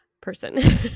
person